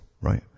right